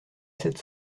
sept